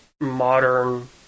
Modern